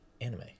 anime